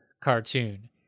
cartoon